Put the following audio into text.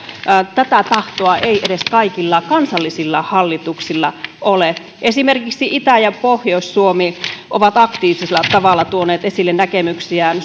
tätä tahtoa ei edes kaikilla kansallisilla hallituksilla ole esimerkiksi itä ja pohjois suomi ovat aktiivisella tavalla tuoneet esille näkemyksiään